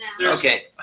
okay